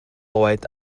oed